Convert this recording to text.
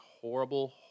horrible